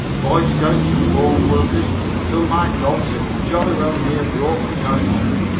boy scouts and loan workers until my dogs are jolly well near broken down on me.